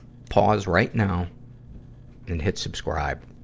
pause right now and hit subscribe.